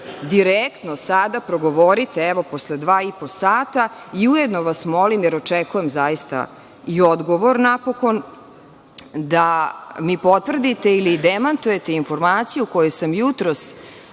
direktno sada, progovorite posle dva i po sata i ujedno vas molim, jer očekujem zaista i odgovor napokon, da mi potvrdite ili demantujete informaciju koju sam jutros